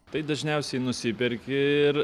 tai dažniausiai nusiperki ir